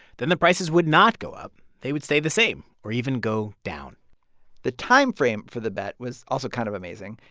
then the prices would not go up. they would stay the same or even go down the timeframe for the bet was also kind of amazing.